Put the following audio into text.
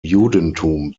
judentum